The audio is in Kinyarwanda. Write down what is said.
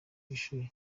ishuri